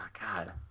God